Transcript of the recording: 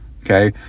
Okay